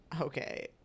Okay